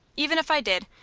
even if i did,